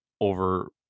over